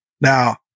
Now